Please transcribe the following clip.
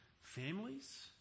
families